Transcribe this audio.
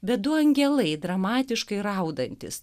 bet du angelai dramatiškai raudantys